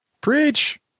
Preach